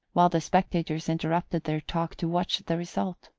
while the spectators interrupted their talk to watch the result.